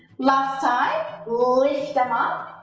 last time lift them up,